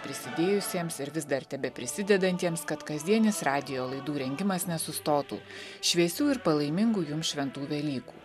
prisidėjusiems ir vis dar tebeprisidedantiems kad kasdienis radijo laidų rengimas nesustotų šviesių ir palaimingų jums šventų velykų